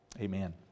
Amen